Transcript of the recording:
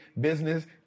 business